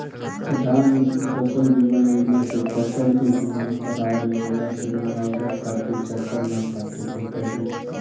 प्रधानमंत्री फसल बीमा योजना से फसल के बीमा कराए लेहला से मुआवजा खातिर चक्कर ना काटे के पड़ी